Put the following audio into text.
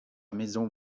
maison